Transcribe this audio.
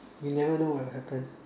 you never know what will happen